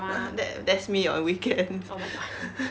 !huh! that that's me on weekends